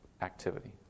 activity